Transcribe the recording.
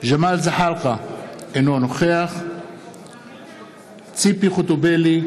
ג'מאל זחאלקה, אינו נוכח ציפי חוטובלי,